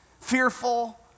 fearful